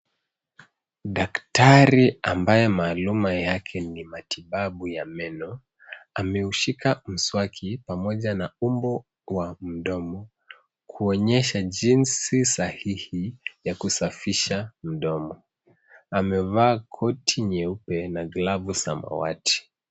Daktari ambaye maaluma yake ni matibabu ya meno ameushika mswaki pamoja na umbo wa mdomo, kuonyesha jinsi sahihi ya kusafisha mdomo. Amevaa koti nyeupe na glavu samawati.